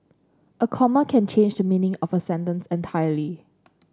a comma can change the meaning of a sentence entirely